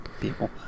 people